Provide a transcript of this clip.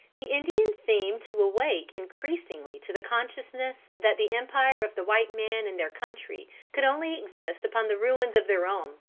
the indians seemed to awake increasingly to the consciousness that the empire of the white man in their country could only exist upon the ruins of their own.